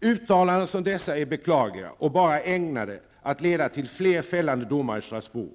Uttalanden som dessa är beklagliga och bara ägnade att leda till fler fällande domar i Strasbourg.